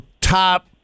top